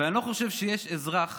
אני לא חושב שיש אזרח